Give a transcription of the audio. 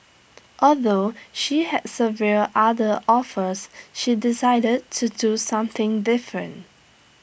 although she had several other offers she decided to do something different